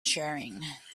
sharing